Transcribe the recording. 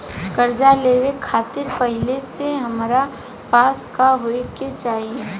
कर्जा लेवे खातिर पहिले से हमरा पास का होए के चाही?